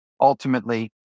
ultimately